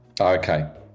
Okay